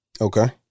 Okay